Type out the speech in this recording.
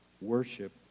worship